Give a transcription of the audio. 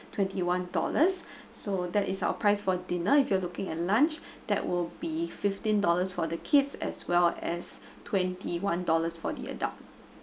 twenty one dollars so that is our price for dinner if you are looking at lunch that will be fifteen dollars for the kids as well as twenty one dollars for the adult